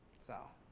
so